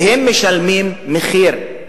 והם משלמים מחיר.